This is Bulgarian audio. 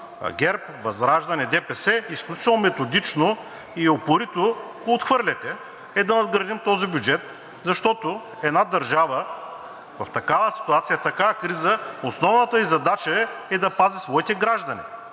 ГЕРБ, ВЪЗРАЖДАНЕ, ДПС, изключително методично и упорито го отхвърляте, е да надградим този бюджет, защото една държава в такава ситуация, в такава криза, основната ѝ задача е да пази своите граждани.